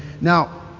now